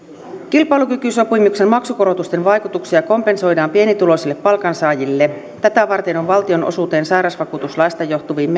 kilpailukykysopimuksen maksukorotusten vaikutuksia kompensoidaan pienituloisille palkansaajille tätä varten on valtion osuuteen sairausvakuutuslaista johtuviin